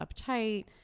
uptight